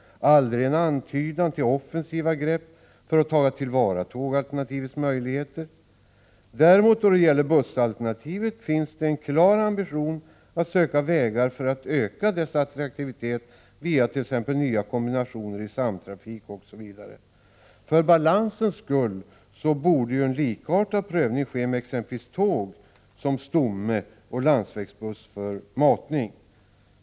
Det finns aldrig en antydan till offensiva grepp för att ta till vara tågalternativets möjligheter. Då det gäller bussalternativet finns däremot en klar ambition att söka vägar för att öka bussens attraktivitet via t.ex. nya kombinationer i samtrafik osv. För balansens skull borde en likartad prövning ske med exempelvis tåg som stomme och landsvägsbuss för matning.